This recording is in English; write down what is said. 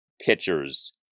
pitchers